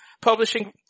publishing